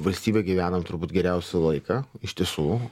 valstybė gyvenam turbūt geriausią laiką iš tiesų